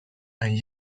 and